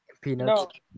Peanuts